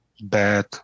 bad